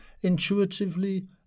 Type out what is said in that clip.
intuitively